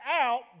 out